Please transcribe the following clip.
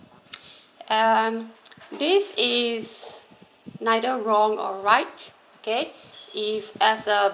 um this is neither wrong or right okay if as a